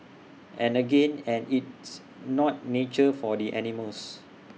and again and it's not nature for the animals